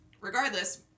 Regardless